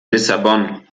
lissabon